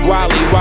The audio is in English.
Wally